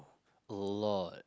a lot